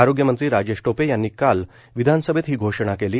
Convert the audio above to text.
आरोग्यमंत्री राजेश टोपे यांनी काल विधानसभेत ही घोषणा केली